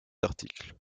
article